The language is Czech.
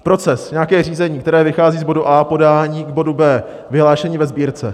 Proces, nějaké řízení, které vychází z bodu A podání k bodu B vyhlášení ve Sbírce.